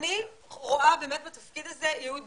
אני רואה באמת בתפקיד הזה ייעוד